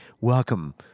welcome